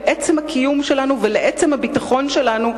לעצם הקיום שלנו ולעצם הביטחון שלנו,